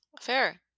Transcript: Fair